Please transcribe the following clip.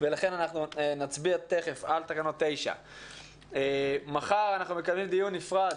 לכן אנחנו נצביע על תקנות 9. מחר אנחנו מקיימים דיון נפרד